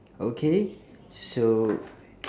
okay so